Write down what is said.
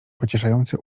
pocieszający